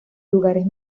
lugares